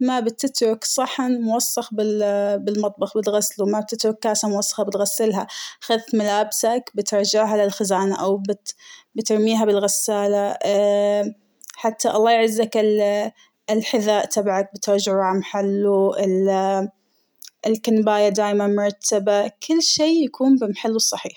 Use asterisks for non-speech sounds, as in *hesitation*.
,ما بتترك صحن موسخ بالمطبخ بتغسله ،ما بتترك كاسة وسخة بتغسلها ،خدت ملابسك بترجعها للخزانة أو بت بترميها بالغسالة *hesitation* حتى الله يعذك الحذاء تبعك بترجعوا عامحله ال، *hesitation* الكنباية دائماً مرتبة كل شيء يكون بمحله الصحيح.